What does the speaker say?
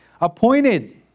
appointed